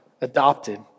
adopted